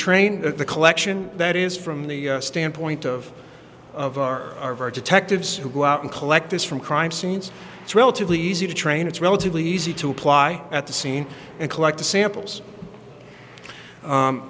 train the collection that is from the standpoint of of r r ver to tech tips who go out and collect this from crime scenes it's relatively easy to train it's relatively easy to apply at the scene and collect the samples